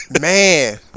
Man